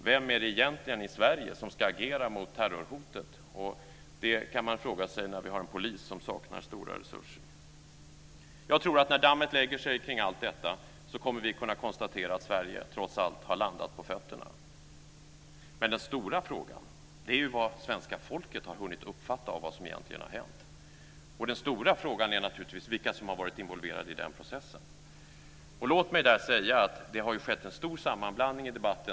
Vem är det egentligen i Sverige som ska agera mot terrorhotet? Det kan man fråga sig när vi har ett polisväsende som saknar stora resurser. Jag tror att vi, när dammet lägger sig kring allt detta, kommer att kunna konstatera att Sverige trots allt har landat på fötterna, men en stor fråga är ju vad svenska folket har hunnit uppfatta av vad som egentligen har hänt. Och en annan stor fråga är naturligtvis vilka som har varit involverade i den här processen. Låt mig säga att det har skett en stor sammanblandning i debatten.